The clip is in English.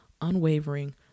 unwavering